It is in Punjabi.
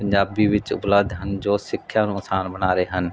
ਪੰਜਾਬੀ ਵਿੱਚ ਉਪਲੱਬਧ ਹਨ ਜੋ ਸਿੱਖਿਆ ਨੂੰ ਆਸਾਨ ਬਣਾ ਰਹੇ ਹਨ